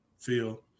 feel